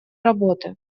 работы